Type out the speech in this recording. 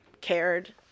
cared